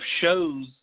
shows